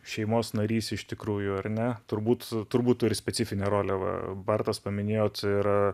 šeimos narys iš tikrųjų ar ne turbūt turbūt turi specifinę rolę va bartas paminėjot yra